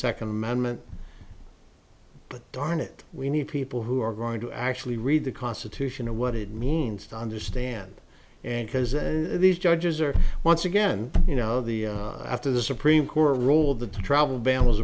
second amendment but darn it we need people who are going to actually read the constitution and what it means to understand and because these judges are once again you know the after the supreme court ruled the travel ban was